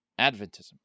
Adventism